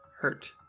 hurt